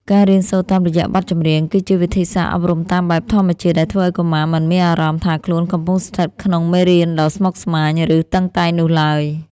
ការរៀនសូត្រតាមរយៈបទចម្រៀង គឺជាវិធីសាស្ត្រអប់រំតាមបែបធម្មជាតិដែលធ្វើឱ្យកុមារមិនមានអារម្មណ៍ថាខ្លួនកំពុងស្ថិតក្នុងមេរៀនដ៏ស្មុគស្មាញ ឬតឹងតែងនោះឡើយ។